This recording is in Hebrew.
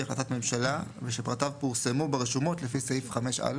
החלטת ממשלה ושפרטיו פורסמו ברשומות לפי סעיף 5א,